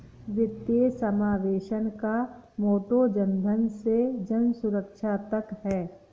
वित्तीय समावेशन का मोटो जनधन से जनसुरक्षा तक है